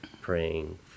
praying